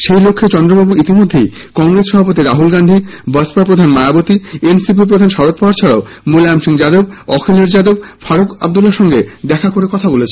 সেই লক্ষ্যে চন্দ্রবাবু ইতিমধ্যেই কংগ্রেস সভাপতি রাহুল গান্ধী বসপা প্রধান মায়াবতী এনসিপি প্রধান শরদ পাওয়ার ছাড়াও মুলায়ম সিং যাদব অখিলেশ যাদব ফারুক আবদুল্লার সঙ্গে দেখা করে কথা বলেছেন